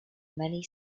many